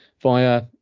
via